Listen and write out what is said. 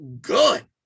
good